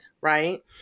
right